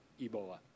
Ebola